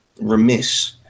remiss